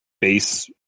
base